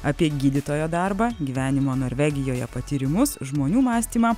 apie gydytojo darbą gyvenimo norvegijoje patyrimus žmonių mąstymą